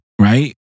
right